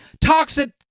toxic